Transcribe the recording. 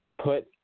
put